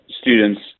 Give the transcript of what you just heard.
students